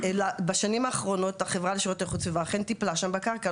אלא בשנים האחרונות החברה לשירותי איכות הסביבה אכן טיפלה שם בקרקע,